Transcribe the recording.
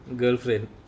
girlfriend